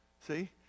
See